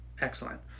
excellent